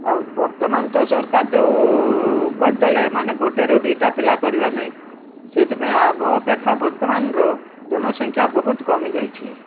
ଆଉ ବର୍ତ୍ତମାନ ତ ସରକାର ଯେଉଁ କରିଦେଲେ ମାନେ ଗୋଟେରୁ ଦୁଇଟା ପିଲା କରିବା ନାହିଁ ସେଥିପାଇଁ ଆଗ ଅପେକ୍ଷା ବର୍ତ୍ତମାନର ଜନସଂଖ୍ୟା ବହୁତ କମିଯାଇଛି